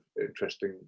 interesting